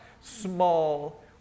small